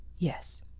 Yes